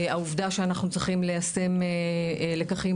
העובדה שאנחנו צריכים ליישם לקחים